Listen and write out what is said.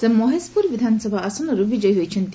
ସେ ମହେଶପୁର ବିଧାନସଭା ଆସନରୁ ବିକୟୀ ହୋଇଛନ୍ତି